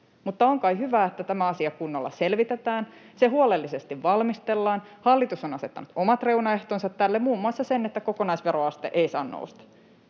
mutta on kai hyvä, että tämä asia kunnolla selvitetään, se huolellisesti valmistellaan. Hallitus on asettanut omat reunaehtonsa tälle, muun muassa sen, että kokonaisveroaste ei saa nousta.